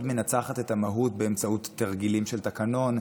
מנצחת את המהות באמצעות תרגילים של תקנון,